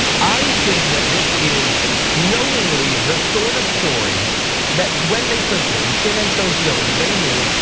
i think that this is knowingly, the sort of story that when they printed it, when cnn chose to go with it, they knew,